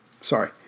Sorry